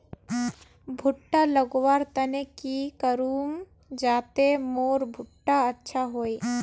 भुट्टा लगवार तने की करूम जाते मोर भुट्टा अच्छा हाई?